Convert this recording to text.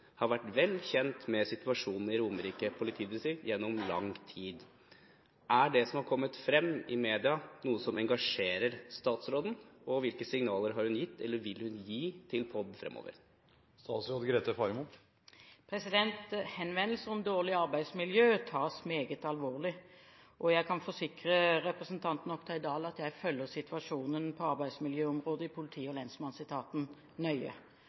har både departementet og POD vært vel kjent med situasjonen i Romerike politidistrikt. Er dette noe som engasjerer statsråden, og hvilke signaler har hun gitt eller vil gi til POD fremover?» Henvendelser om dårlig arbeidsmiljø tas meget alvorlig, og jeg kan forsikre representanten Oktay Dahl om at jeg følger situasjonen på arbeidsmiljøområdet i politi- og lensmannsetaten nøye.